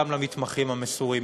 גם למתמחים המסורים.